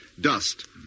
dust